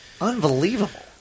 Unbelievable